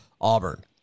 Auburn